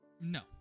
No